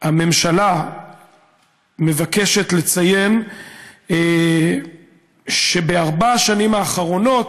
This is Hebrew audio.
הממשלה מבקשת לציין שבארבע השנים האחרונות